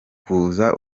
kuza